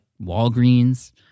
Walgreens